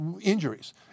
injuries